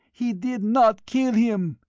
he did not kill him!